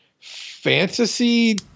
fantasy